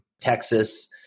Texas